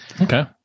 Okay